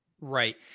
Right